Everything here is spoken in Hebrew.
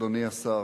אדוני השר,